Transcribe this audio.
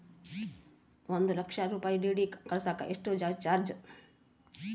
ಒಂದು ಲಕ್ಷ ರೂಪಾಯಿ ಡಿ.ಡಿ ಕಳಸಾಕ ಎಷ್ಟು ಚಾರ್ಜ್?